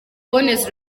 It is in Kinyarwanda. kuboneza